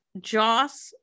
Joss